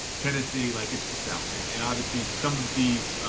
tennessee, like, it's the south. and and obviously some of these,